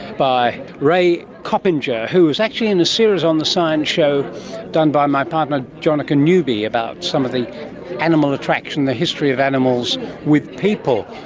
by ray coppinger, who was actually in a series on the science show done by my partner jonica newby about some of the animal attraction, the history of animals with people.